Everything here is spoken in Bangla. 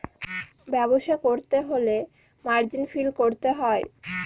ব্যবসা করতে হলে মার্জিন ফিল করতে হয়